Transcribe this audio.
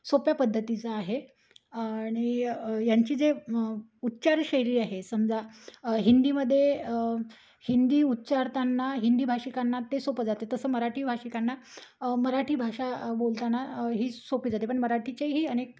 सोप्या पद्धतीचं आहे आणि यांची जे उच्चारशैली आहे समजा हिंदीमध्ये हिंदी उच्चारताना हिंदी भाषिकांना ते सोपं जाते तसं मराठी भाषिकांना मराठी भाषा बोलताना ही सोपी जाते पण मराठीचेही अनेक